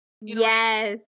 yes